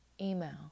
email